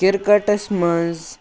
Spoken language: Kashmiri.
کِرکَٹَس منٛز